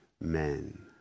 men